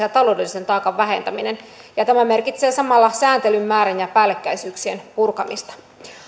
ja taloudellisen taakan vähentäminen tämä merkitsee samalla sääntelyn määrän ja päällekkäisyyksien purkamista